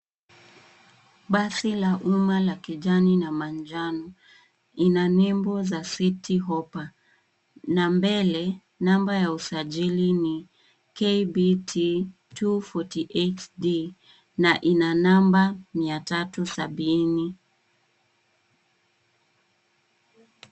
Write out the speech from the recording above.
Basi la umma la kijani na manjano, ina nembo za city hoppa. Na mbele, namba ya usajili ni KBT248 D na ina namba mia tatu sabini.